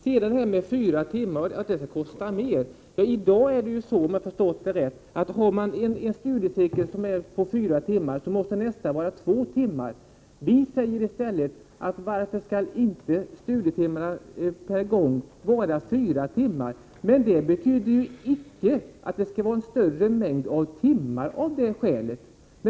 Sedan till detta att fyra timmar skulle kosta mer. Om jag har förstått det rätt är det så i dag att om en studiecirkel är på fyra timmar, måste nästa vara på två timmar. Vi säger i stället att studietiden per gång inte skall vara fyra timmar. Det betyder icke att det av detta skälet skall vara en större mängd av timmar.